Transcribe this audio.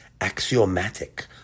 axiomatic